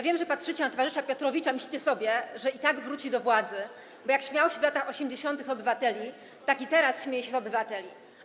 Wiem, że patrzycie na towarzysza Piotrowicza i myślicie sobie, że i tak wróci do władzy, bo jak śmiał się w latach 80. z obywateli, tak i teraz śmieje się z obywateli.